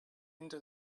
into